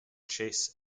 chase